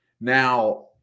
Now